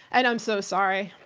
and i'm so sorry.